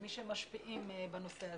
מי שמשפיעים בנושא הזה.